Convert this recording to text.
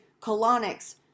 colonics